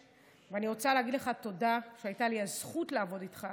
ואני רוצה להגיד לך תודה על שהייתה לי הזכות לעבוד איתך,